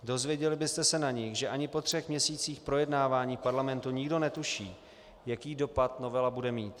Dozvěděli byste se na nich, že ani po třech měsících projednávání v Parlamentu nikdo netuší, jaký dopad novela bude mít.